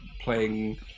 playing